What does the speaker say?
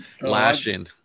lashing